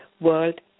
World